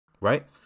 right